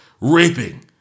raping